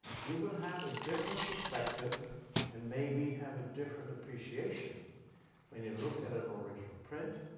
you will have a different perspective and maybe have a different appreciation when you look at an original print,